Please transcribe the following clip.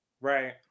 right